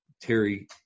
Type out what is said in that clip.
Terry